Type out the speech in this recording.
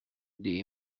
the